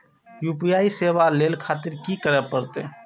UPI सेवा ले खातिर की करे परते?